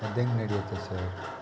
ಅದು ಹೆಂಗೆ ನೆಡೆಯುತ್ತೆ ಸರ್